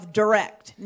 direct